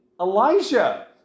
Elijah